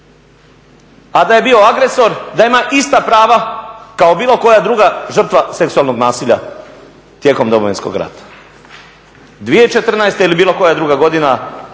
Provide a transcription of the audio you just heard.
a da je bio agresora da ima ista prava kao bilo koja druga žrtva seksualnog nasilja tijekom Domovinskog rata, 2014.ili bilo koja druga godina